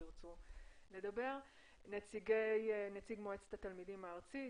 נציג מועצת התלמידים הארצית,